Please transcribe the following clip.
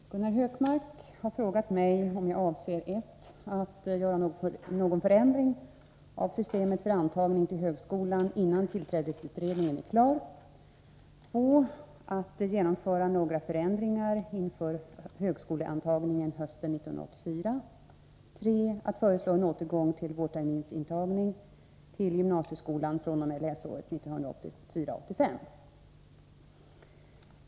Herr talman! Gunnar Hökmark har frågat mig om jag avser 1. att göra någon förändring av systemet för antagning till högskolan innan tillträdesutredningen är klar, 2. att genomföra några förändringar inför högskoleantagningen hösten 1984, 3. att föreslå en återgång till vårterminsintagning till gymnasieskolan fr.o.m. läsåret 1984/85.